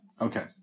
Okay